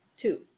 two